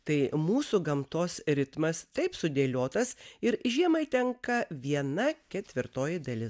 tai mūsų gamtos ritmas taip sudėliotas ir žiemai tenka viena ketvirtoji dalis